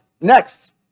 Next